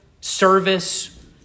service